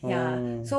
oh